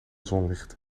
zonlicht